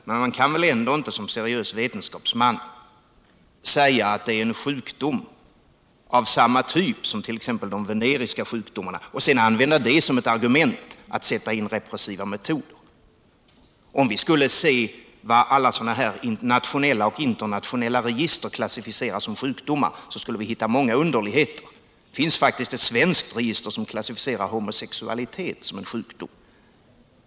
Men man kan väl ändå inte som seriös vetenskapsman säga att det är en sjukdom av samma typ som t.ex. de veneriska sjukdomarna och sedan använda det som ett argument för att sätta in repressiva metoder. Om vi skulle se efter vad alla sådana här nationella och internationella register klassificerar som sjukdomar, så skulle vi hitta många underligheter. Det finns faktiskt ett svenskt register som klassificerar homosexualitet som en sjukdom.